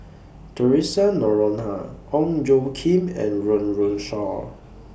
Theresa Noronha Ong Tjoe Kim and Run Run Shaw